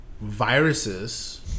viruses